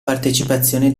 partecipazione